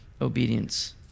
obedience